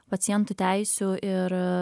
pacientų teisių ir